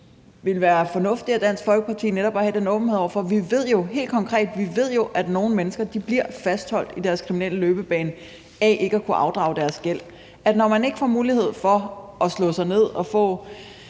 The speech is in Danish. det ville være fornuftigt af Dansk Folkeparti netop at have den åbenhed over for det. Vi ved jo helt konkret, at nogle mennesker bliver fastholdt i deres kriminelle løbebane ved ikke at kunne afdrage deres gæld. Når man ikke får mulighed for at slå sig ned og få